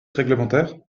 réglementaire